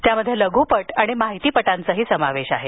त्यामध्ये लघुपट आणि माहितीपटांचाही समावेश आहे